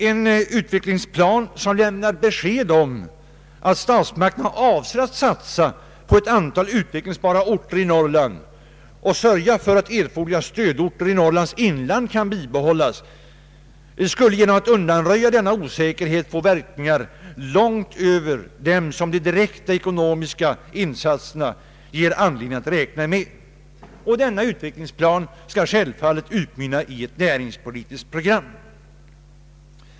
En utvecklingsplan, som lämnar besked om att statsmakterna avser att satsa på ett antal utvecklingsbara orter i Norrland och sörja för att erforderliga stödorter i Norrlands inland kan bibehållas, skulle genom att undanröja denna osäkerhet få verkningar långt utöver dem som de direkta ekonomiska insatserna ger anledning att räkna med. Denna utvecklingsplan skall självfallet utmynna i ett näringspolitiskt program.